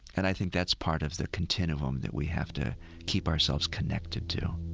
and i think that's part of the continuum that we have to keep ourselves connected to